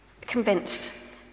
Convinced